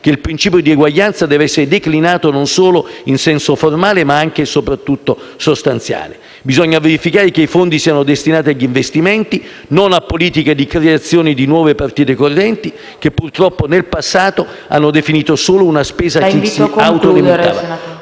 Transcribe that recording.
che il principio di uguaglianza deve essere declinato non solo in senso formale, ma anche e soprattutto sostanziale. Bisogna verificare che i fondi siano destinati a investimenti e non a politiche di creazione di nuove partite correnti che purtroppo, nel passato, hanno definito solo una spesa che si autoalimentava.